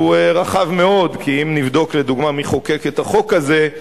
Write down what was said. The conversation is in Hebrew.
כי אם נבדוק, לדוגמה, מי חוקק את החוק הזה,